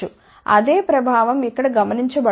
అదే ప్రభావం ఇక్కడ గమనించబడుతుంది